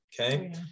okay